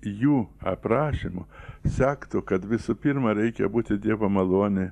jų aprašymu sektų kad visų pirma reikia būti dievo malonėj